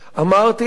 אמרתי,